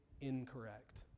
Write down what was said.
incorrect